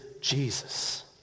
Jesus